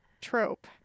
trope